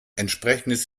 entsprechendes